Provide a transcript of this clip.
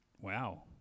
Wow